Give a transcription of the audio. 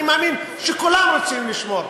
אני מאמין שכולם רוצים לשמור,